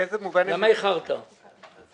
באיזה מובן הכספים נמצאים במערכת?